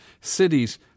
cities